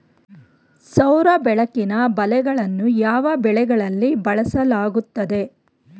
ಸೌರ ಬೆಳಕಿನ ಬಲೆಗಳನ್ನು ಯಾವ ಬೆಳೆಗಳಲ್ಲಿ ಬಳಸಲಾಗುತ್ತದೆ?